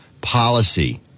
policy